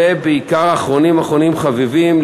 ובעיקר אחרונים אחרונים חביבים,